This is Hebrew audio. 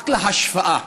רק להשוואה,